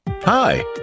Hi